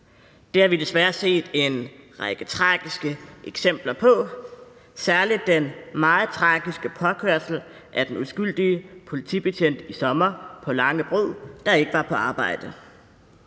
Det har vi desværre set en række tragiske eksempler på, særlig den meget tragiske påkørsel af den uskyldige politibetjent i sommer på Langebro, der ikke var på arbejde.